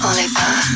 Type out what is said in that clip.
Oliver